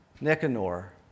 Nicanor